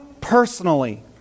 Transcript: personally